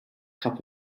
cup